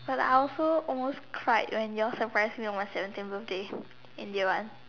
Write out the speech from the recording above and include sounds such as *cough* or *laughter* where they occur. but I also almost cried when you all surprised me on whatsapp the same birthday *breath* in year one